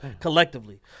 collectively